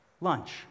Lunch